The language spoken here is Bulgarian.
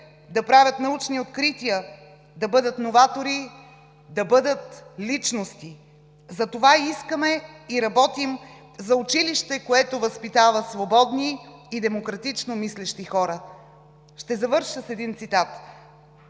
да правят научни открития, да бъдат новатори, да бъдат личности! Затова искаме и работим за училище, което възпитава свободни и демократично мислещи хора. Ще завърша с един цитат: